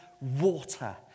water